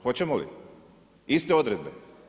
Hoćemo li iste odredbe?